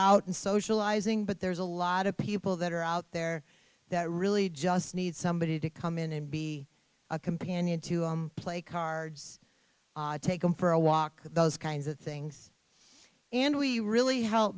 out and socializing but there's a lot of people that are out there that really just need somebody to come in and be a companion to play cards take them for a walk those kinds of things and we really help